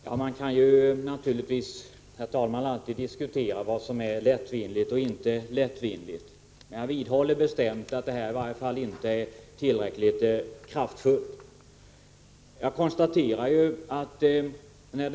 Herr talman! Man kan alltid diskutera vad som är lättvindigt eller inte. Jag vidhåller bestämt att utskottets uttalande inte är tillräckligt kraftfullt.